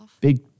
big